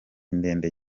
ndende